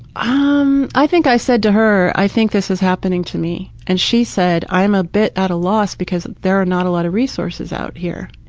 um i think i said to her, i think this is happening to me, and she said, i am a bit at a loss because there are not a lot of resources out here,